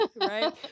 Right